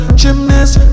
gymnast